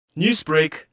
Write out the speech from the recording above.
Newsbreak